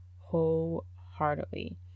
wholeheartedly